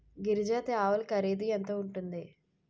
గిరి జాతి ఆవులు ఖరీదు ఎంత ఉంటుంది?